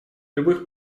любых